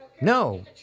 No